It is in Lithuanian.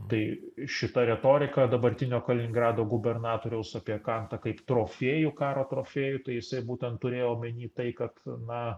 tai šita retorika dabartinio kaliningrado gubernatoriaus apie kantą kaip trofėjų karo trofėjų tai jisai būtent turėjo omeny tai kad na